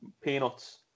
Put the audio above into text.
peanuts